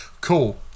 cool